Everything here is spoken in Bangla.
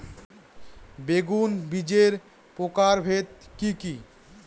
বেগুন বীজের প্রকারভেদ কি কী?